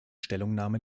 stellungnahme